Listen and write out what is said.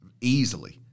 easily